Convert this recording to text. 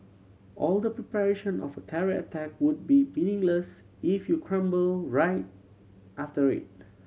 all the preparation of a terror attack would be meaningless if you crumble right after it